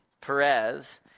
Perez